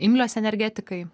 imlios energetikai